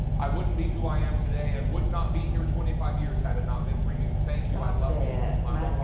i wouldn't be who i am today and would not be here twenty five years had it not been for you. thank you. i love yeah um um um yeah